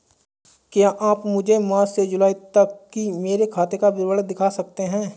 क्या आप मुझे मार्च से जूलाई तक की मेरे खाता का विवरण दिखा सकते हैं?